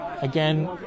again